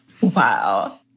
Wow